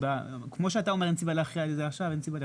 כמו שאתה אומר שאין סיבה להכריע בזה עכשיו אני חושב